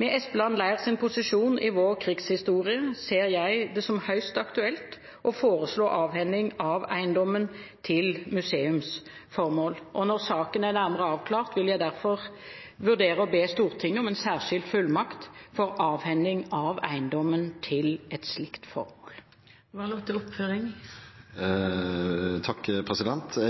Med Espeland leirs posisjon i vår krigshistorie ser jeg det som høyst aktuelt å foreslå avhending av eiendommen til museumsformål. Når saken er nærmere avklart, vil jeg derfor vurdere å be Stortinget om en særskilt fullmakt for avhending av eiendommen til et slikt formål. Jeg